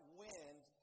wind